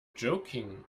joking